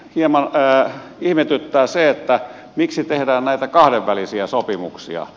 hieman ihmetyttää se miksi tehdään näitä kahdenvälisiä sopimuksia